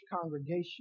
congregation